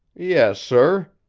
yes, sir.